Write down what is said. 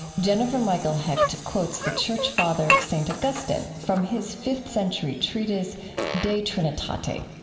jennifer michael hecht quotes the church father saint augustine from his fifth-century treatise de trinitate.